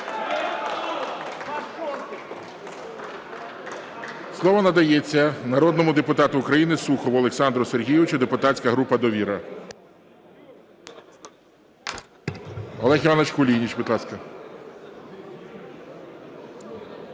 Слово надається народному депутату України Сухову Олександру Сергійовичу, депутатська група "Довіра". Олег Іванович Кулініч, будь ласка.